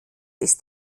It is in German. ist